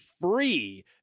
free